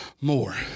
more